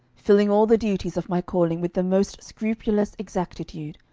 filling all the duties of my calling with the most scrupulous exactitude,